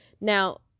now